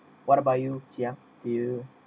what about you ziyang do you